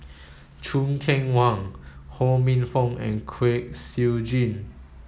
Choo Keng Kwang Ho Minfong and Kwek Siew Jin